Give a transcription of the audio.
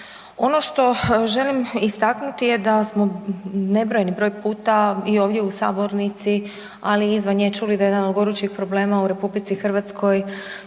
Ono što želim istaknuti je da smo nebrojeni broj puta i ovdje u sabornici, ali i izvan nje čuli da je jedan od gorućih problema u RH zapravo